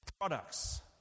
products